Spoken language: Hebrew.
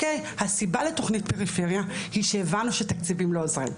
הסיבה לתכנית פריפריה היא שהבנו שתקציבים לא עוזרים.